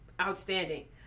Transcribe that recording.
outstanding